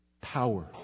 Power